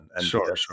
Sure